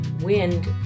wind